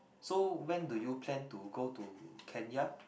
so when do you plan to go to Kenya